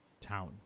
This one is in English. town